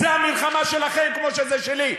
זו המלחמה שלכם כמו שהיא שלי.